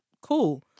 cool